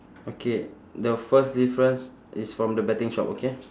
okay the first difference is from the betting shop okay